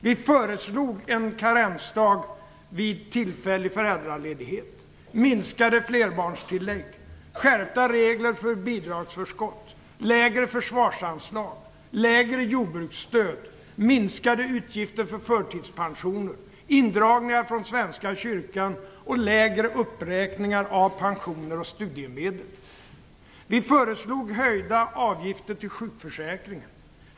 Vi föreslog en karensdag vid tillfällig föräldraledighet, minskade flerbarnstillägget, skärpta regler för bidragsförskott, lägre försvaranslag, lägre jordbruksstöd, minskade utgifter för förtidspensioner, indragningar från Svenska kyrkan och lägre uppräkningar av pensioner och studiemedel. Vi föreslog höjda avgifter för sjukförsäkringen.